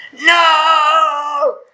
No